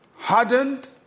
hardened